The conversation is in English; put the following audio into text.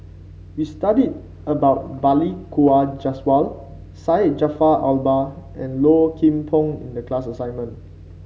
we studied about Balli Kaur Jaswal Syed Jaafar Albar and Low Kim Pong in the class assignment